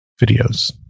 videos